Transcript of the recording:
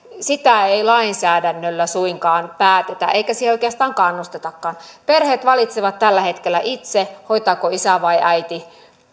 ei lainsäädännöllä suinkaan päätetä eikä siihen oikeastaan kannustetakaan perheet valitsevat tällä hetkellä itse hoitaako isä vai äiti